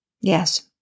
Yes